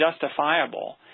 justifiable